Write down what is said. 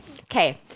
Okay